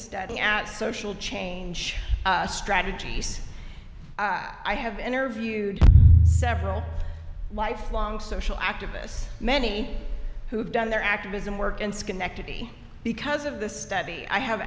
study at social change strategies i have interviewed several lifelong social activists many who have done their activism work in schenectady because of this study i have